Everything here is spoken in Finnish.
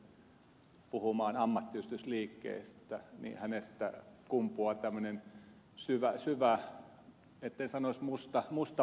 ukkola rupeaa puhumaan ammattiyhdistysliikkeestä hänestä kumpuaa tämmöinen syvä etten sanoisi musta porvari